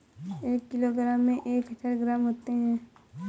एक किलोग्राम में एक हज़ार ग्राम होते हैं